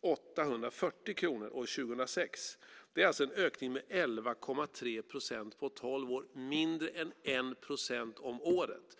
840 kronor år 2006. Det är alltså en ökning med 11,3 procent på tolv år - mindre än 1 procent om året!